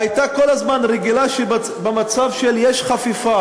הייתה כל הזמן רגילה למצב שיש חפיפה